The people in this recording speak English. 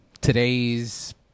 Today's